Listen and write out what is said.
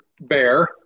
Bear